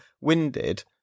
winded